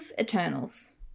Eternals